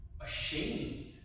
ashamed